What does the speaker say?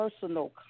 personal